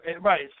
Right